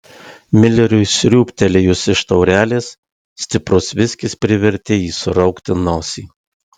mileriui sriūbtelėjus iš taurelės stiprus viskis privertė jį suraukti nosį